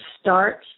start